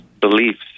beliefs